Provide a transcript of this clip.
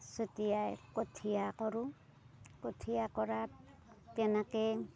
ছটিয়াই কঠিয়া কৰোঁ কঠিয়া কৰাত তেনেকে